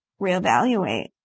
reevaluate